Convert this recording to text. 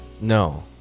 No